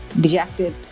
Dejected